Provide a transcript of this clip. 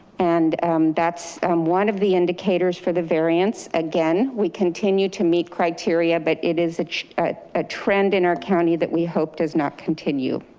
and that's one of the indicators for the variance. again, we continue to meet criteria, but it is a trend in our county that we hope does not continue.